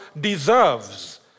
deserves